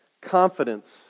Confidence